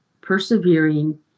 persevering